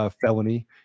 felony